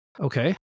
Okay